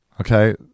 okay